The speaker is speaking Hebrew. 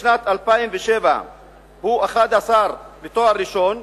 בשנת 2007 הוא 11% בתואר ראשון,